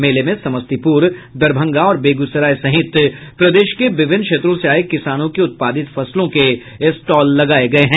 मेले में समस्तीपुर दरभंगा और बेगूसराय सहित प्रदेश के विभिन्न क्षेत्रों से आये किसानों के उत्पादित फसलों के स्टॉल लगाये गये हैं